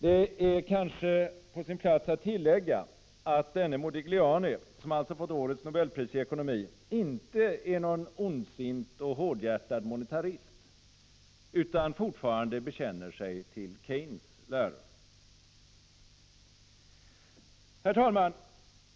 Det är kanske på sin plats att tillägga att denne Modigliani, som alltså fått årets nobelpris i ekonomi, inte är någon ondsint och hårdhjärtad monetarist utan fortfarande bekänner han sig till Keynes läror. Herr talman!